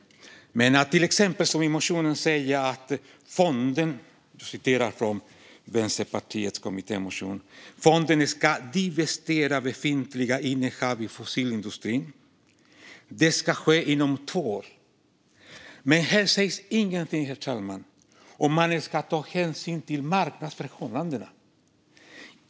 Men i Vänsterpartiets kommittémotion sägs till exempel: "Fonden ska divestera befintliga innehav i fossilindustrin." Det ska ske inom två år. Här sägs, herr talman, ingenting om att ta hänsyn till marknadsförhållandena.